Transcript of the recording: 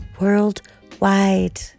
worldwide